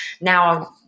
now